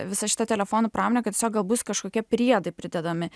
visa šita telefonų pramonė kad tiesiog gal bus kažkokie priedai pridedami